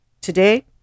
Today